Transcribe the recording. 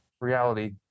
reality